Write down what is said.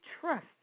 trust